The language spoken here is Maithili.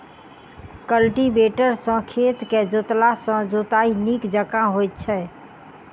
कल्टीवेटर सॅ खेत के जोतला सॅ जोताइ नीक जकाँ होइत छै